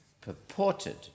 purported